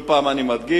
שוב אני מדגיש,